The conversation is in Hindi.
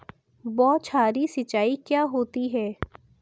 बौछारी सिंचाई क्या होती है?